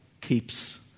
keeps